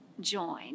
join